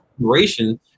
generation